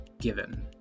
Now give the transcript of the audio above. given